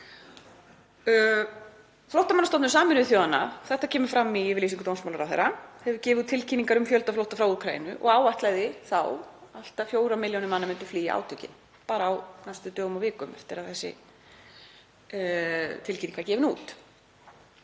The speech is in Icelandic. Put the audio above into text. Flóttamannastofnun Sameinuðu þjóðanna, en þetta kemur fram í yfirlýsingu dómsmálaráðherra, hefur gefið út tilkynningar um fjöldaflótta frá Úkraínu og áætlaði þá að allt að fjórar milljónir manna myndu flýja átökin bara á næstu dögum og vikum eftir að þessi tilkynning var gefin út.